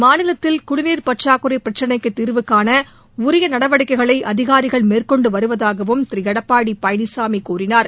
மாநிலத்தில் குடிநீர் பற்றாக்குறை பிரச்சினைக்கு தீர்வு காண உரிய நடவடிக்கைகளை அதிகாரிகள் மேற்கொண்டு வருவதாகவும் திரு எடப்பாடி பழனிசாமி கூறினார்